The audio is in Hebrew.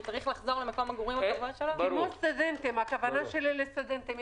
והוא צריך לחזור למקום המגורים הקבוע שלו- -- יש